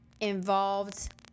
involved